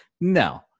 No